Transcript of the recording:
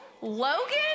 Logan